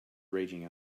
raging